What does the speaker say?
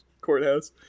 courthouse